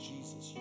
Jesus